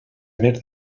haver